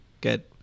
Good